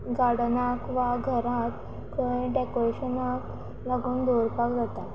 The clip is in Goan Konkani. गार्डनाक वा घराक खंय डेकोरेशनाक लागून दवरपाक जाता